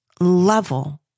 level